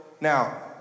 Now